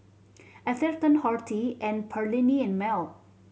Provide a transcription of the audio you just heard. Atherton Horti and Perllini and Mel